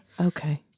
Okay